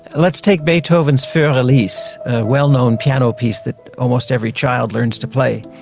let's take beethoven's fur elise, a well-known piano piece that almost every child learns to play.